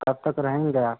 कब तक रहेंगे आप